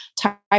type